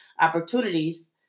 opportunities